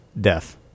death